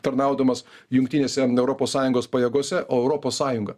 tarnaudamas jungtinėse europos sąjungos pajėgose o europos sąjungą